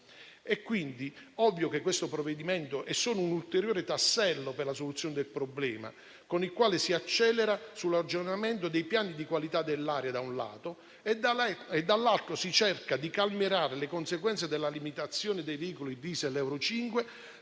È quindi ovvio che questo provvedimento è solo un ulteriore tassello per la soluzione del problema, con il quale si accelera sull'aggiornamento dei piani di qualità dell'aria da un lato e, dall'altro, si cercano di calmierare le conseguenze della limitazione dei veicoli diesel euro 5,